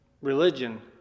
religion